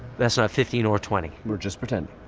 that's not fifteen or twenty. we're just pretending.